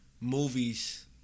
movies